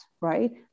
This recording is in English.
right